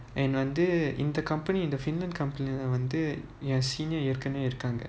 and வந்து:vanthu in the company in the finland company lah வந்து:vanthu you are senior ஏற்கனவேஇருக்காங்க:yerkanave irukaanga